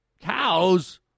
Cows